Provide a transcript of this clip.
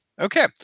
Okay